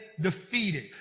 defeated